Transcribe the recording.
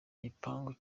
gipangu